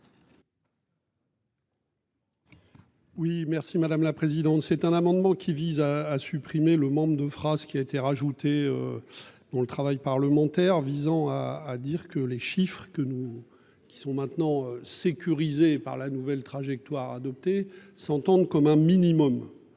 Oui merci madame la présidente. C'est un amendement qui vise à supprimer le membre de phrase qui a été rajouté. Dont le travail parlementaire visant à à dire que les chiffres que nous qui sont maintenant sécurisée par la nouvelle trajectoire adopté s'entendent comme un minimum.